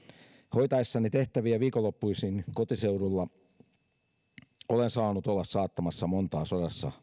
hoitaessani tehtäviä viikonloppuisin kotiseudulla olen saanut olla saattamassa montaa sodassa